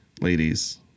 ladies